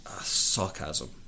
sarcasm